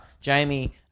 Jamie